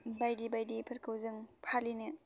बायदि बायदिफोरखौ जों फालिनो